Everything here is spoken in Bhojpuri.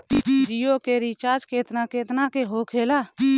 जियो के रिचार्ज केतना केतना के होखे ला?